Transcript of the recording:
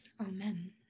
Amen